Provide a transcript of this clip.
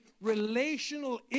relational